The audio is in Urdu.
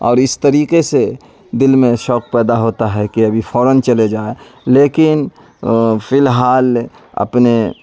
اور اس طریقے سے دل میں شوق پیدا ہوتا ہے کہ ابھی فوراً چلے جائیں لیکن فی الحال اپنے